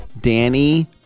Danny